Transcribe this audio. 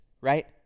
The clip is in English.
right